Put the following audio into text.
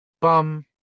bum